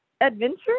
adventure